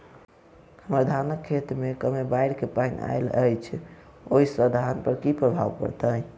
हम्मर धानक खेत मे कमे बाढ़ केँ पानि आइल अछि, ओय सँ धान पर की प्रभाव पड़तै?